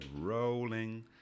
rolling